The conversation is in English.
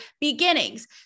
beginnings